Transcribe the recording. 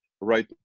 right